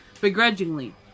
begrudgingly